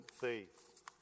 faith